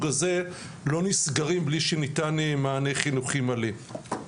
הזה לא נסגרים בלי שניתן מענה חינוכי מלא.